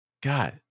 God